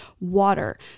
water